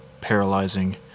paralyzing